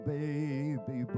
baby